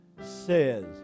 says